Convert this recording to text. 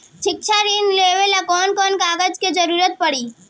शिक्षा ऋण लेवेला कौन कौन कागज के जरुरत पड़ी?